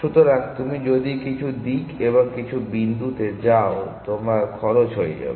সুতরাং তুমি যদি কিছু দিক এবং কিছু বিন্দুতে যাও তোমার খরচ হয়ে যাবে